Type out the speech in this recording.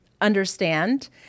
understand